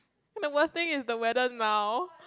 and the worst thing is the weather now